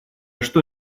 что